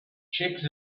check